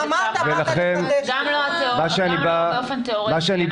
גם לא באופן תיאורטי.